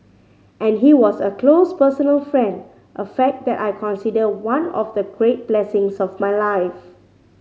and he was a close personal friend a fact that I consider one of the great blessings of my life